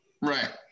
Right